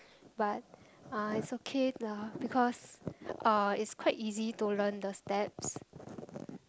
but uh it's okay uh because uh it's quite easy to learn the steps